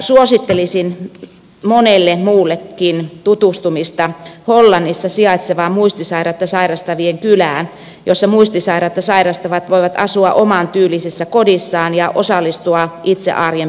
suosittelisin monelle muullekin tutustumista hollannissa sijaitsevaan muistisairautta sairastavien kylään jossa muistisairautta sairastavat voivat asua omantyylisissä kodeissaan ja osallistua itse arjen pyörittämiseen